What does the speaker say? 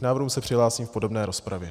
K návrhu se přihlásím v podrobné rozpravě.